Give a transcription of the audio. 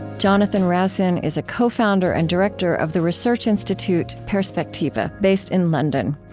jonathan rowson is co-founder and director of the research institute perspectiva, based in london.